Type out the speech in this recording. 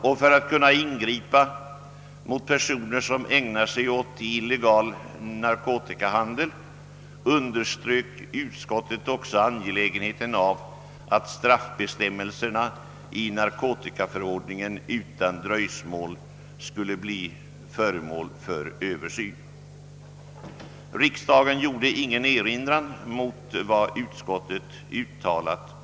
Och för att kunna ingripa mot personer som ägnar sig åt illegal narkotikahandel underströk utskottet även angelägenheten av att straffbestämmelserna i narkotikaförordningen utan dröjsmål bleve föremål för översyn. Riksdagen gjorde ingen erinran mot vad utskottet uttalat.